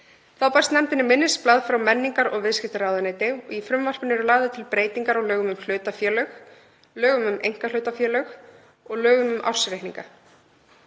Þá barst nefndinni minnisblað frá menningar- og viðskiptaráðuneyti. Í frumvarpinu eru lagðar til breytingar á lögum um hlutafélög, lögum um einkahlutafélög og lögum um ársreikninga.